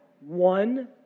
one